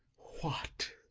what,